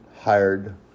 hired